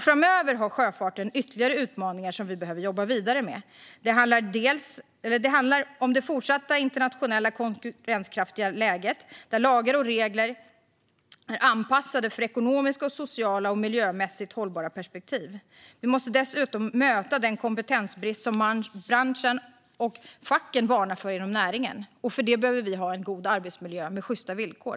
Framöver har sjöfarten ytterligare utmaningar som vi behöver jobba vidare med. Det handlar om det fortsatta internationella konkurrenskraftiga läget, där lagar och regler är anpassade för ekonomiska, sociala och miljömässigt hållbara perspektiv. Vi måste dessutom möta den kompetensbrist som branschen och facken varnar för inom näringen. För det behöver vi ha en god arbetsmiljö med sjysta villkor.